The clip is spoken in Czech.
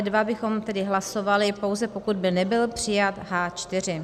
A E2 bychom tedy hlasovali, pouze pokud by nebyl přijat H4.